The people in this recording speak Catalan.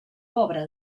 pobra